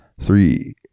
three